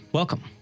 welcome